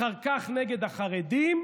אחר כך נגד החרדים,